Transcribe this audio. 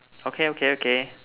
okay okay okay